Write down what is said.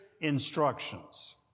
instructions